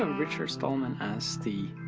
and richard stallman as the.